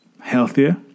healthier